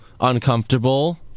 uncomfortable